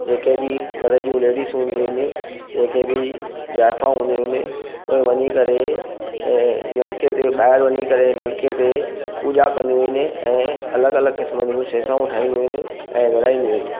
जेके बि घरु जूं लेडिज़ हूंदियूं आहिनि जेके बि जाइफ़ा हूंदियूं आहिनि उहो वञी करे नल्के ते ॿाहिरि वञी करे नल्के ते पूजा कंदियूं आहिनि ऐं अलॻि अलॻि क़िस्मनि जूं सेसाऊं ठाहींदियूं आहिनि ऐं विरिहाईंदियूं आहिनि